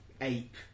ape